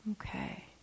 okay